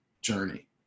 journey